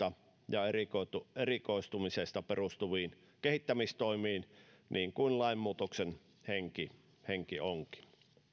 ja erikoistumiseen perustuviin kehittämistoimiin niin kuin lainmuutoksen henki henki onkin